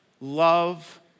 love